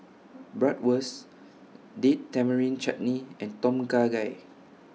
Bratwurst Date Tamarind Chutney and Tom Kha Gai